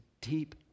deep